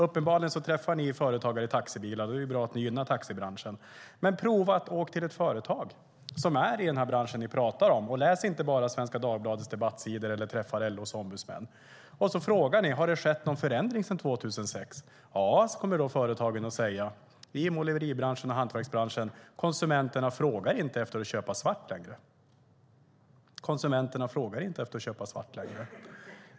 Uppenbarligen träffar ni företagare i taxibilar, och det är bra att ni gynnar taxibranschen, men prova att åka till ett företag som är i den bransch ni pratar om. Läs inte bara Svenska Dagbladets debattsidor eller träffa LO:s ombudsmän. Fråga sedan om det har skett någon förändring sedan 2006. Ja, kommer företagen i måleribranschen och hantverksbranschen att säga. De kommer att säga att konsumenterna inte efterfrågar svarta tjänster längre.